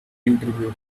interview